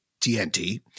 TNT